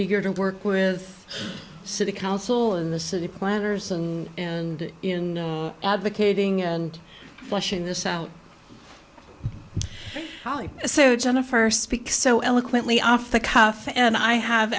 eager to work with city council in the city planners and and in advocating and fleshing this out so jennifer speaks so eloquently off the cuff and i have